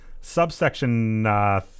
subsection